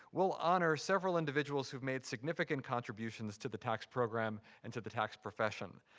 we'll honor several individuals who've made significant contributions to the tax program and to the tax profession.